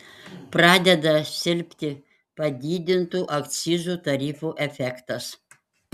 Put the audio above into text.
pradeda silpti padidintų akcizų tarifų efektas